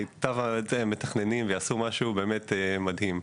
מיטב המתכננים יעשו משהו באמת מדהים.